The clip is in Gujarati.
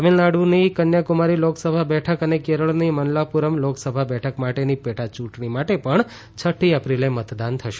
તમિલનાડની કન્યાકુમારી લોકસભા બેઠક અને કેરળની મલ્લાપૂરમ લોકસભા બેઠક માટેની પેટાચૂંટણી માટે પણ છઠ્ઠી એપ્રિલે મતદાન થશે